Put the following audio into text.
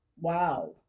wow